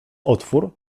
otwór